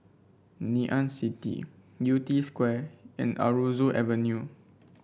Ngee Ann City Yew Tee Square and Aroozoo Avenue